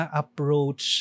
approach